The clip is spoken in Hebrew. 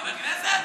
חבר כנסת?